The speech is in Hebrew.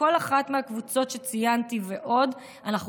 בכל אחת מהקבוצות שציינתי ועוד אנחנו